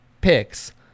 picks